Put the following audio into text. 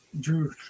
Drew